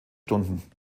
stunden